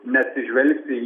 neatsižvelgti į